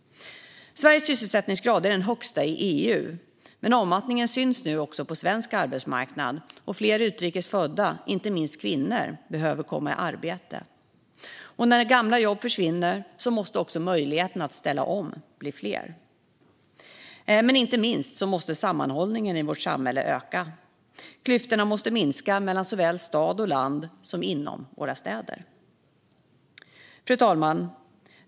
Sveriges sysselsättningsgrad är den högsta i EU, men avmattningen syns nu också på svensk arbetsmarknad. Fler utrikes födda - inte minst kvinnor - behöver komma i arbete, och när gamla jobb försvinner måste möjligheterna att ställa om bli fler. Inte minst måste sammanhållningen i vårt samhälle öka. Klyftorna måste minska, såväl mellan stad och land som inom våra städer. Fru talman!